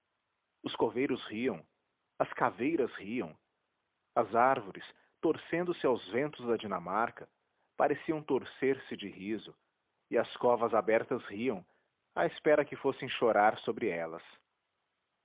os coveiros riam as caveiras riam as árvores torcendo se ao ventos da dinamarca pareciam torcer-se de riso e as covas abertas riam à espera que fossem chorar sobre elas